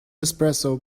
espresso